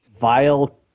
vile –